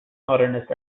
modernist